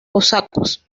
cosacos